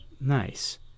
Nice